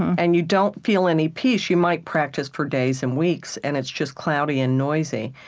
and you don't feel any peace you might practice for days and weeks, and it's just cloudy and noisy.